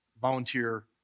volunteer